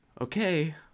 okay